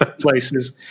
places